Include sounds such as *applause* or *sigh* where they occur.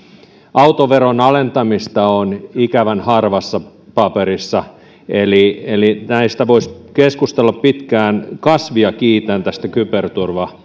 autoveron alentamista on ikävän harvassa paperissa eli eli näistä voisi keskustella pitkään kasvia kiitän tästä kyberturva *unintelligible*